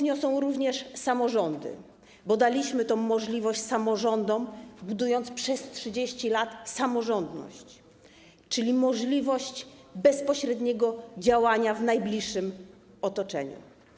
Niosą ją również samorządy, bo daliśmy im tę możliwość, budując przez 30 lat samorządność, czyli możliwość bezpośredniego działania w najbliższym otoczeniu.